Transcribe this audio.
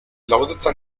lausitzer